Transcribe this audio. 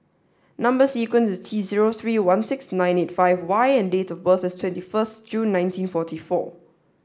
number sequence is T zero three one six nine eight five Y and date of birth is twenty first June nineteen forty four